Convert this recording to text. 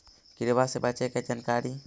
किड़बा से बचे के जानकारी?